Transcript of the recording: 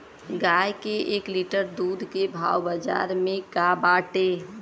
गाय के एक लीटर दूध के भाव बाजार में का बाटे?